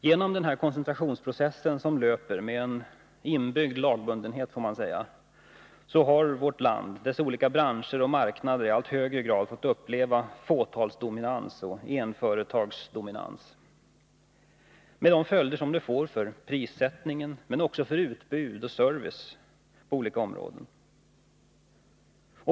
Genom den här koncentrationsprocessen, som löper med en inbyggd lagbundenhet, får man säga, har vårt land, dess olika branscher och marknader i allt högre grad fått uppleva fåtalsdominans och enföretagsdominans, med de följder som det får för prissättningen men också för utbud och service på olika områden.